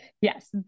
Yes